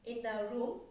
in the room